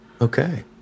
Okay